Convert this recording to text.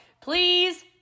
please